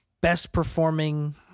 best-performing